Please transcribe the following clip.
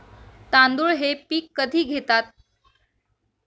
तांदूळ हे पीक कधी घेतात?